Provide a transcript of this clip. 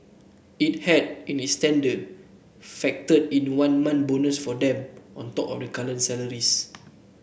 it had in its tender factored in one month bonus for them on top of their current salaries